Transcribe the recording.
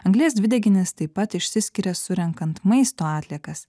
anglies dvideginis taip pat išsiskiria surenkant maisto atliekas